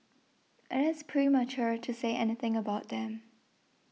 it is premature to say anything about them